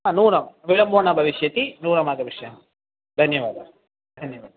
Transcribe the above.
हा नूनं विलम्बो न भविष्यति नूनमागमिष्यामि धन्यवादः धन्यवादः